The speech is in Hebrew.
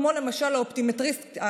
כמו למשל האופטומטריסטים,